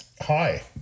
Hi